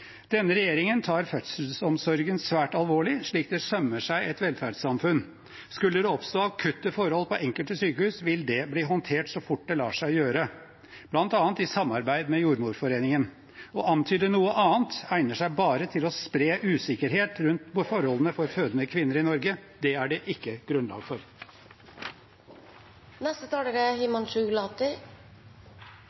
Denne regjeringen tar fødselsomsorgen svært alvorlig, slik det sømmer seg et velferdssamfunn. Skulle det oppstå akutte forhold på enkelte sykehus, vil det bli håndtert så fort det lar seg gjøre, bl.a. i samarbeid med Jordmorforeningen. Å antyde noe annet egner seg bare til å spre usikkerhet rundt forholdene for fødende kvinner i Norge. Det er det ikke grunnlag